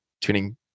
tuning